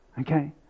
Okay